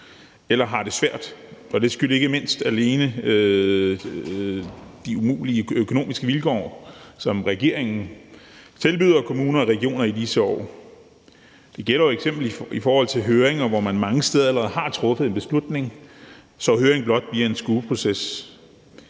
eller har det svært, og det skyldes ikke mindst de umulige økonomiske vilkår, som regeringen byder kommuner og regioner i disse år. Det gælder jo eksempelvis i forhold til høringer, hvor man mange steder allerede har truffet en beslutning, så høringen blot bliver en skueproces.